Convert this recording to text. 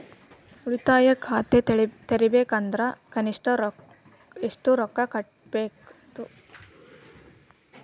ಉಳಿತಾಯ ಖಾತೆ ತೆಗಿಬೇಕಂದ್ರ ಕನಿಷ್ಟ ಎಷ್ಟು ರೊಕ್ಕ ಮೊದಲ ಕಟ್ಟಬೇಕ್ರಿ?